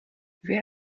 wer